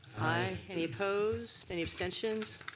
aye. any opposed? any abstentions?